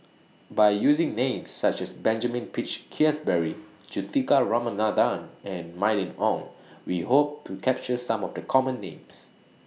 By using Names such as Benjamin Peach Keasberry Juthika Ramanathan and Mylene Ong We Hope to capture Some of The Common Names